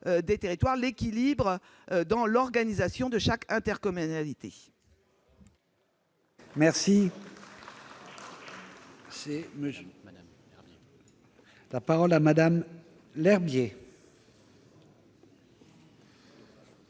des territoires et dans l'organisation de chaque intercommunalité.